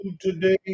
today